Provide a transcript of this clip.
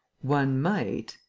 one might.